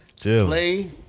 play